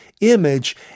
image